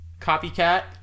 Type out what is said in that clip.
Copycat